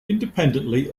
independently